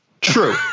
True